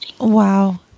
Wow